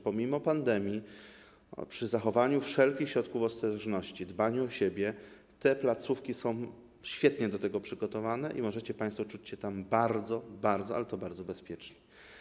Pomimo pandemii, przy zachowaniu wszelkich środków ostrożności, dbaniu o siebie, te placówki są świetnie do tego przygotowane i możecie państwo czuć się tam bardzo, bardzo, ale to bardzo bezpiecznie.